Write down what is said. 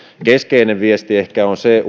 keskeinen viesti ulkomailta on ehkä se